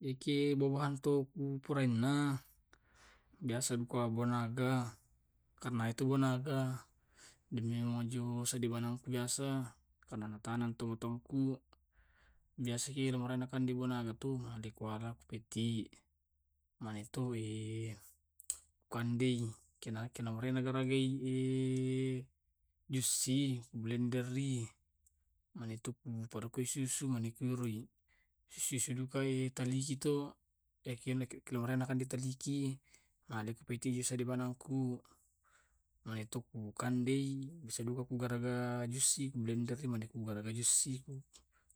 Eki buah buahan tu ku puraenna, biasa duka buah naga. Karena etu buah naga de manuju sewadinganku biasa karena na taneng tu tongku. Biasa ki urai na kande buah naga tu male kuala ku peti, mane tu eh kuandei. Kena kena ro ki garagai jussi, belender i, manetu kui parokkoi susu, mane kui roi sisidugaki kaliki to eh kelokena nakande kaliki alena jus buanangku. Mae tu ku kandei, bisa duga ku garaga jussi, kubelender ki mane ku garaga jussi,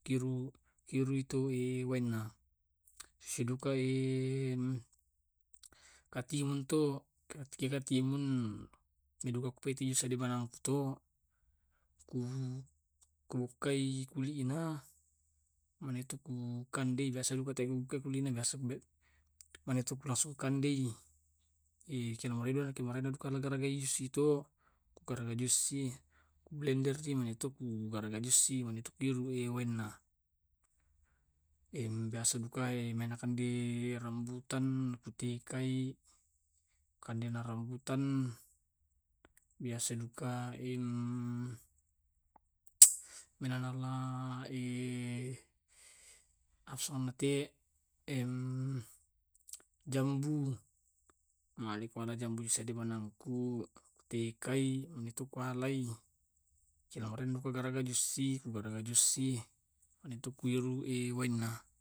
kiru kiru wainna. Sisidukai katimun to, yake katimun madukaki peti si te banangku to ku ku ukai kuli'na, manetu ku kandei, biasa duka teai ku buka kulina, biasa mane tu langsung ku kandei, kena marena ke marena duka garagai jussi to. Garagai jussi ku blender ki, mane tu ku garagai jussi, mane tu ku iruki waina. Biasa duka na kande rambutan, ku tikai kande na rambutan, biasa duka, menalala asanna te jambu. Male kuala jambu disedde banangku, kutikai, mani tu ku alai, kelo rong ku garagai jussi, kugaraga jussi. Mane tu ku iru ki wainna.